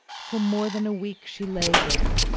for more than a week she lay there,